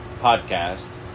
podcast